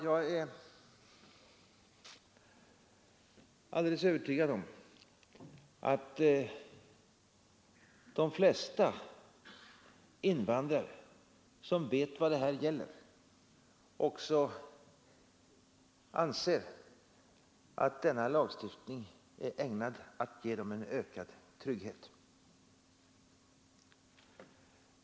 Jag är alldeles övertygad om att de flesta invandrare som vet vad det här gäller också anser att denna lagstiftning är ägnad att ge dem en ökad trygghet.